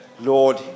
Lord